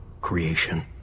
creation